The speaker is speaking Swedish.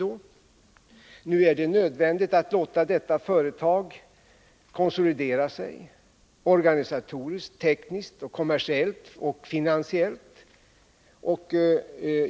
Det är också nödvändigt att låta detta företag konsolidera sig organisatoriskt, tekniskt, kommersiellt och finansiellt.